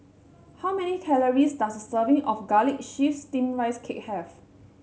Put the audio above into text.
how many calories does a serving of Garlic Chives Steamed Rice Cake have